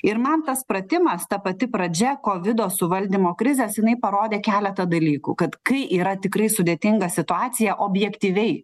ir man tas pratimas ta pati pradžia kovido suvaldymo krizės jinai parodė keletą dalykų kad kai yra tikrai sudėtinga situacija objektyviai